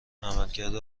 عملکرد